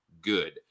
good